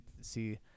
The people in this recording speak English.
see